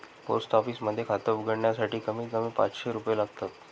post office मध्ये खात उघडण्यासाठी कमीत कमी पाचशे रुपये लागतात